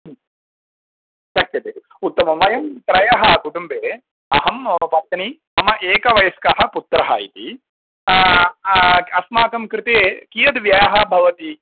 शक्यते उत्तमं वयं त्रयः कुटुम्बे अहं मम पत्नी मम एकवयस्कः पुत्रः इति अस्माकं कृते कियद् व्ययः भवति